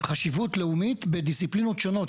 חשיבות לאומית בדיסציפלינות שונות,